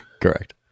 Correct